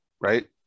right